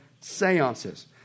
seances